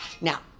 Now